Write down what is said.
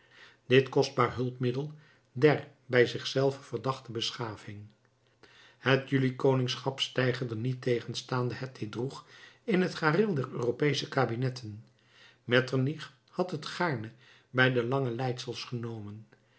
dit kostbaar hulpmiddel der bij zich zelve verdachte beschaving het juli koningschap steigerde niettegenstaande het dit droeg in het gareel der europeesche kabinetten metternich had het gaarne bij de lange leidsels genomen